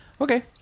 Okay